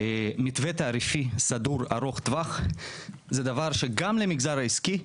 מתווה תעריפי סדור ארוך טווח זה דבר שגם למגזר העסקי,